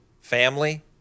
family